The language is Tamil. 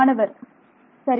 மாணவர் ஆம் சரி